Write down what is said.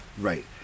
right